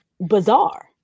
bizarre